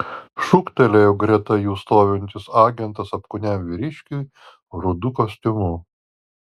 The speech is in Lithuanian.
šūktelėjo greta jų stovintis agentas apkūniam vyriškiui rudu kostiumu